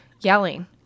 Yelling